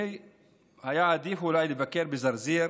היה עדיף אולי לבקר בזרזיר,